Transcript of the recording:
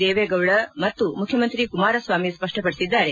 ದೇವೇಗೌಡ ಮತ್ತು ಮುಖ್ಯಮಂತ್ರಿ ಕುಮಾರಸ್ವಾಮಿ ಸಪ್ಪಪಡಿಸಿದ್ದಾರೆ